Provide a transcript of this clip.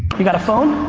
you got a phone?